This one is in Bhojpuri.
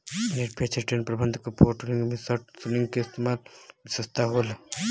निरपेक्ष रिटर्न प्रबंधक के पोर्टफोलियो में शॉर्ट सेलिंग के इस्तेमाल क विशेषता होला